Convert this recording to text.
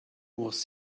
was